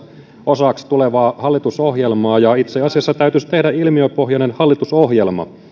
osaksi tulevaa hallitusohjelmaa ja itse asiassa täytyisi tehdä ilmiöpohjainen hallitusohjelma